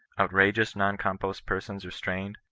outrageous non-compos persons restrained,